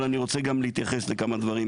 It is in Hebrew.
אבל אני רוצה גם להתייחס לכמה דברים,